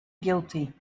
guilty